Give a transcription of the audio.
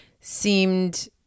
seemed